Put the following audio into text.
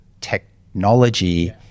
technology